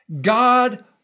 god